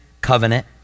covenant